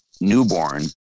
Newborn